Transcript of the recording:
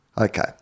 Okay